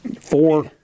four